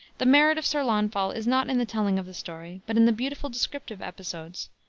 the merit of sir launfal is not in the telling of the story, but in the beautiful descriptive episodes,